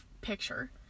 picture